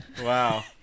Wow